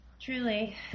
Truly